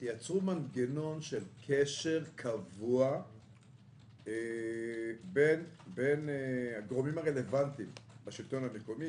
שתייצרו מנגנון של קשר קבוע בין הגורמים הרלוונטיים בשלטון המקומי,